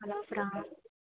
ఆలోపు రా